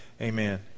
Amen